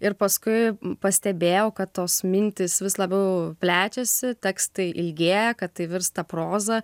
ir paskui pastebėjau kad tos mintys vis labiau plečiasi tekstai ilgėja kad tai virsta proza